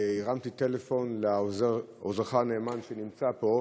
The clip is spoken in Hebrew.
הרמתי טלפון לעוזרך הנאמן שנמצא פה,